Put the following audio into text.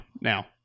Now